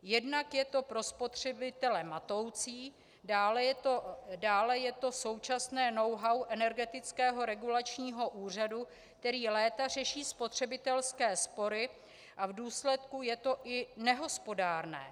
Jednak je to pro spotřebitele matoucí, dále je to současně knowhow Energetického regulačního úřadu, který léta řeší spotřebitelské spory, a v důsledku je to i nehospodárné.